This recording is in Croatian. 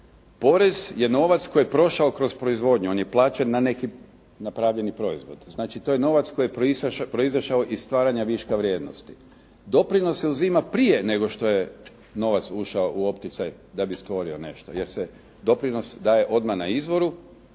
Porez je novac koji je prošao kroz proizvodnju, on je plaćen na napravljeni proizvod. Znači to je novac koji je proizašao iz stvaranja viška vrijednosti. Doprinos se uzima prije nego što je novac ušao u opticaj da bi stvorio nešto jer se doprinos daje odmah na izvoru,